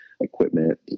equipment